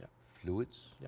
fluids